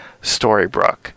Storybrooke